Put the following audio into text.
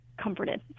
comforted